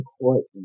important